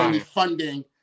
funding